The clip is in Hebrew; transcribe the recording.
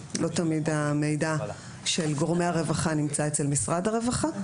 שלא תמיד המידע של גורמי הרווחה נמצא אצל משרד הרווחה,